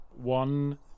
one